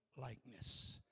likeness